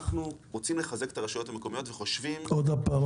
אנחנו רוצים לחזק את הרשויות המקומיות וחושבים --- עוד הפעם.